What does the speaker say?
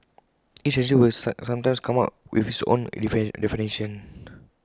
each agency will sometimes come up with its own definition